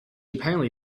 apparently